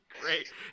great